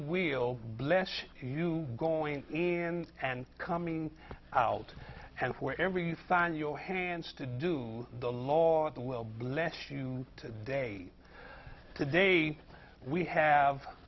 will bless you going in and coming out and wherever you find your hands to do the law at the will bless you to day to day we have